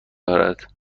دارد